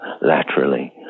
laterally